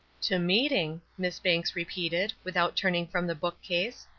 to meeting, miss banks repeated, without turning from the book-case.